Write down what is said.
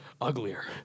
uglier